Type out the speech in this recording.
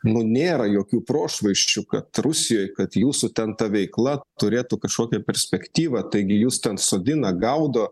nu nėra jokių prošvaisčių kad rusijoj kad jūsų ten ta veikla turėtų kažkokią perspektyvą taigi jus ten sodina gaudo